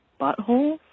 butthole